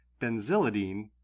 benzylidine